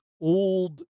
old